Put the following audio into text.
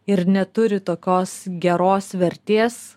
ir neturi tokios geros vertės